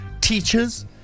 teachers